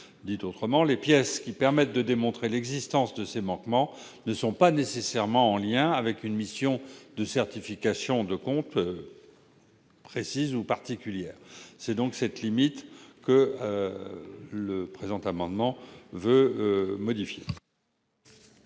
probité. Autrement dit, les pièces qui permettent de démontrer l'existence de ces manquements ne sont pas nécessairement en lien avec une mission de certification de comptes en particulier. Telle est la limite que le présent amendement vise à modifier.